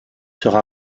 sera